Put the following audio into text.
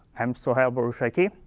i'm soheil boroushoki.